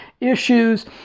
issues